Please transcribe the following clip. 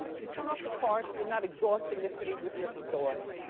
you turn off the car, so you're not exhausting the city with your exhaust.